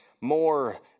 more